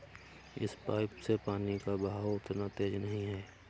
इस पाइप से पानी का बहाव उतना तेज नही है